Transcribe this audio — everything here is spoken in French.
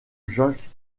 jacques